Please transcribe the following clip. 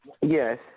Yes